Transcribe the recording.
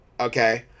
okay